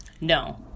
No